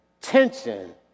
tension